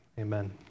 Amen